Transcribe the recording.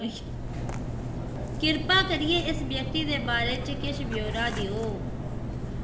किरपा करियै इस व्यक्ति दे बारे च किश ब्यौरा देओ